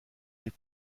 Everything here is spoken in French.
les